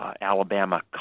Alabama